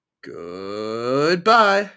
goodbye